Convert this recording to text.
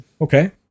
Okay